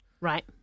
Right